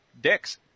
dicks